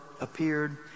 appeared